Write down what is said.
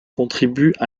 contribuent